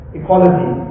equality